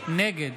נגד